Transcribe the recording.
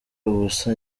ubusa